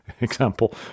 example